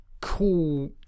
cool